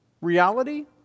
reality